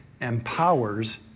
empowers